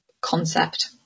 concept